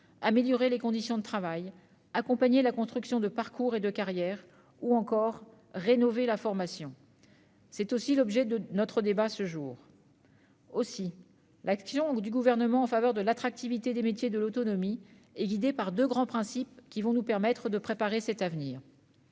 améliorer les conditions de travail, accompagner la construction de parcours et de carrières ou encore rénover la formation. C'est aussi l'objet de notre débat ce jour. Aussi l'action du Gouvernement en faveur de l'attractivité des métiers de l'autonomie est-elle guidée par deux grands principes, qui nous permettront de préparer cet avenir.